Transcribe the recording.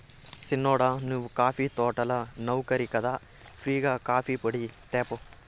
సిన్నోడా నీవు కాఫీ తోటల నౌకరి కదా ఫ్రీ గా కాఫీపొడి తేపో